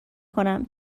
کنم